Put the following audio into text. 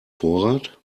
vorrat